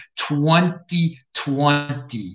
2020